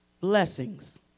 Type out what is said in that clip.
blessings